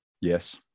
Yes